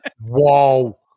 Whoa